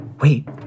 Wait